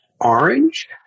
orange